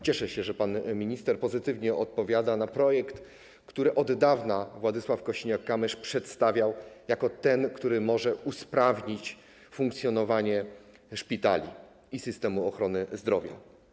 Cieszę się, że pan minister pozytywnie odpowiada na projekt, który od dawna Władysław Kosiniak-Kamysz przedstawiał jako ten, który może usprawnić funkcjonowanie szpitali i systemu ochrony zdrowia.